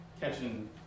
catching